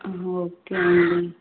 okay అండి